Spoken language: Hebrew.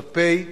כלפי בניהם,